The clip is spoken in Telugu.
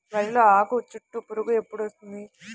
వరిలో ఆకుచుట్టు పురుగు ఎప్పుడు వస్తుంది?